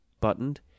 buttoned